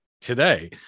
today